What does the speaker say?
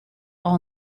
all